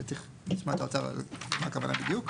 שצריך לשאול את משרד האוצר מה הכוונה בדיוק,